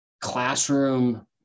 classroom